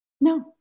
no